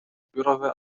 zbiorowe